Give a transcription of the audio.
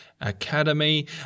academy